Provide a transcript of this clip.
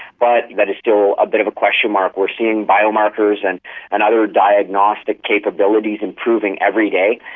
but that is still a bit of a question mark. we are seeing bio-markers and and other diagnostic capabilities improving every day.